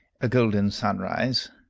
a golden sunrise.